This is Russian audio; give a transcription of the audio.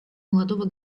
молодого